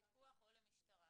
או למשטרה.